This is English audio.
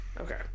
Okay